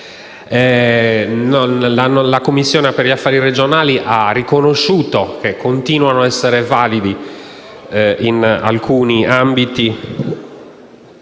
La Commissione per le questioni regionali ha riconosciuto che continuano a essere valide in alcuni ambiti